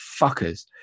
fuckers